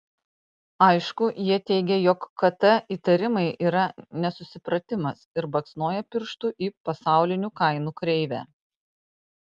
aišku jie teigia jog kt įtarimai yra nesusipratimas ir baksnoja pirštu į pasaulinių kainų kreivę